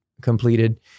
completed